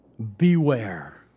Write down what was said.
Beware